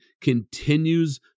continues